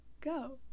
go